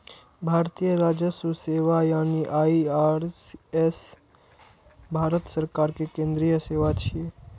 भारतीय राजस्व सेवा यानी आई.आर.एस भारत सरकार के केंद्रीय सेवा छियै